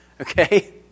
okay